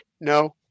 No